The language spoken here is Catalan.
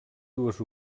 dues